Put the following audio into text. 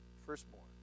firstborn